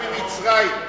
ממצרים.